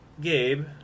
Gabe